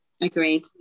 Agreed